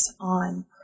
on